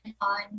on